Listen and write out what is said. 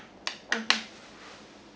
okay